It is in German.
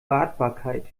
wartbarkeit